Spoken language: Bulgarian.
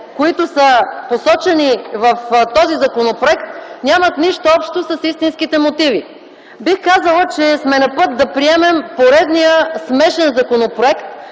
които са посочени в този законопроект, нямат нищо общо с истинските мотиви. Бих казала, че сме на път да приемем поредния смешен законопроект,